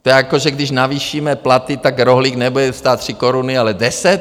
To jako že když navýšíme platy, tak rohlík nebude stát tři koruny, ale deset?